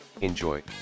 Enjoy